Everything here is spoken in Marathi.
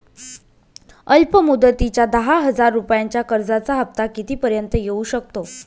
अल्प मुदतीच्या दहा हजार रुपयांच्या कर्जाचा हफ्ता किती पर्यंत येवू शकतो?